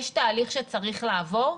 יש תהליך שצריך לעבור?